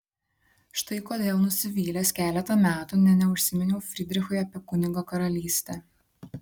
štai kodėl nusivylęs keletą metų nė neužsiminiau frydrichui apie kunigo karalystę